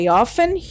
often